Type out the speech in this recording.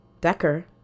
Decker